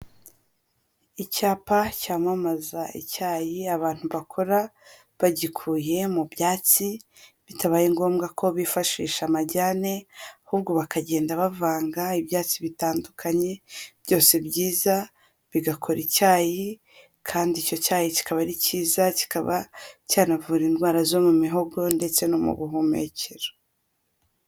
Icyapa cyamamaza icyayi abantu bakora bagikuye mu byatsi bitabaye ngombwa ko bifashisha amajyane ahubwo bakagenda bavanga ibyatsi bitandukanye byose byiza bigakora icyayi kandi icyo cyayi kikaba ari cyiza, kikaba cyanavura indwara zo mu mihogo ndetse no mu buhumekero.